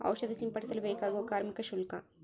ಔಷಧಿ ಸಿಂಪಡಿಸಲು ಬೇಕಾಗುವ ಕಾರ್ಮಿಕ ಶುಲ್ಕ?